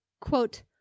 quote